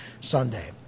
Sunday